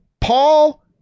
Paul